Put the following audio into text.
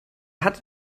hatte